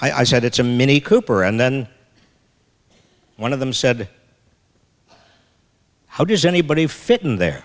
this i said it's a mini cooper and then one of them said how does anybody fit in there